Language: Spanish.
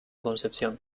concepción